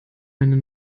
meine